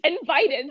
invited